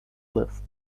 list